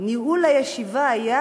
ניהול הישיבה היה